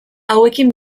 hauekin